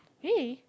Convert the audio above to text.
really